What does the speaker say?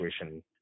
situation